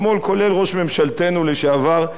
כולל ראש ממשלתנו לשעבר,